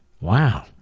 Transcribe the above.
Wow